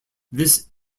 this